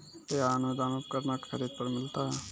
कया अनुदान उपकरणों के खरीद पर मिलता है?